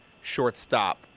shortstop